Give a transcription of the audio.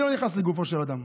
אני לא נכנס לגופו של אדם,